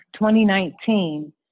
2019